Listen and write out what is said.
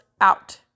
out